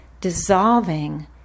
dissolving